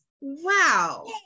Wow